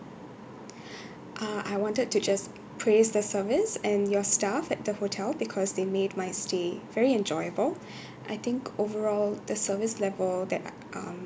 uh I wanted to just praise the service and your staff at the hotel because they made my stay very enjoyable I think overall the service level that um